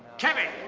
kevin!